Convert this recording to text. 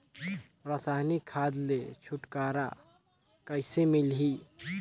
रसायनिक खाद ले छुटकारा कइसे मिलही?